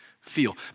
feel